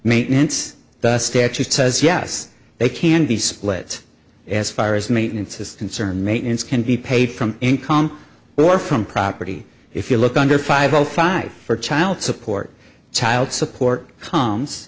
maintenance the statute says yes they can be split as far as maintenance is concerned maintenance can be paid from income or from property if you look under five o five for child support child support comes